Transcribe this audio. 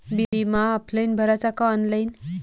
बिमा ऑफलाईन भराचा का ऑनलाईन?